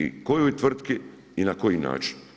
I kojoj tvrtki i na koji način.